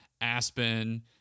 Aspen